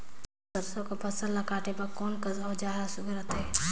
सरसो कर फसल ला काटे बर कोन कस औजार हर सुघ्घर रथे?